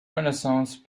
renaissance